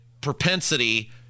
propensity